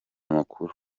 amakuru